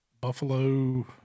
Buffalo